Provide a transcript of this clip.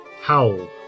Howl